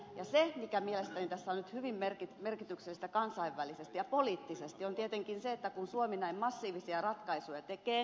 se mikä mielestäni tässä on nyt hyvin merkityksellistä kansainvälisesti ja poliittisesti on tietenkin se että kun suomi näin massiivisia ratkaisuja tekee ed